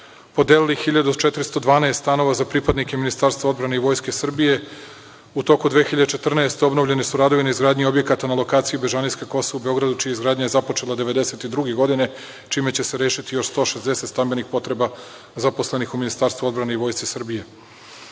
podelili 1412 stanova za pripadnike Ministarstva odbrane i Vojske Srbije. U toku 2014. godine obnovljeni su radovi na izgradnji objekata na lokaciji Bežanijska Kosa u Beogradu, čija je izgradnja započeta 1992. godine, čime će se rešiti još 160 stambenih potreba zaposlenih u Ministarstvu odbrane i Vojsci Srbije. Kroz